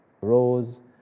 rose